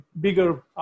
bigger